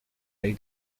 they